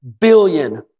billion